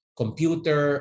computer